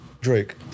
Drake